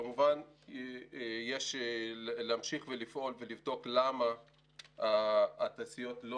כמובן יש להמשיך ולפעול ולבדוק למה התעשיות לא